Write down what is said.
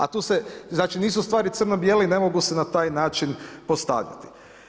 A tu se, znači nisu stvari crno bijele i ne mogu se na taj način postavljati.